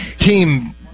team